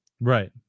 Right